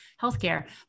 healthcare